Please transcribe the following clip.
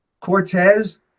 Cortez